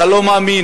אתה לא מאמין: